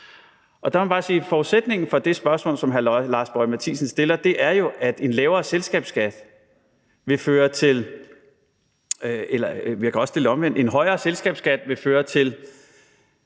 forudsætningen for det spørgsmål, som hr. Lars Boje Mathiesen stiller, jo er, at en højere selskabsskat vil føre til,